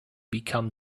become